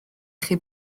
chi